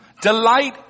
Delight